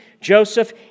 Joseph